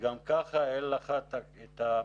וגם ככה אין לך את היכולת